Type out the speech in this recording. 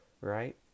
right